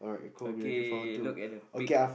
okay look at the pic